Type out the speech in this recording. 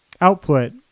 Output